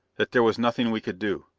that there was nothing we could do.